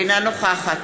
אינה נוכחת